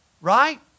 Right